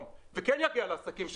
וכן יגיע לעסקים שיוכלו לקבל אותו.